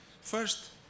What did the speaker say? First